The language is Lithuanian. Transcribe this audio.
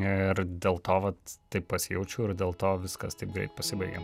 ir dėl to vat taip pasijaučiau ir dėl to viskas taip greit pasibaigė